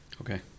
Okay